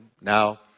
Now